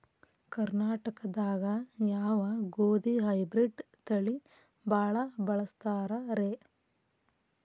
ಕರ್ನಾಟಕದಾಗ ಯಾವ ಗೋಧಿ ಹೈಬ್ರಿಡ್ ತಳಿ ಭಾಳ ಬಳಸ್ತಾರ ರೇ?